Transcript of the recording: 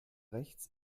rechts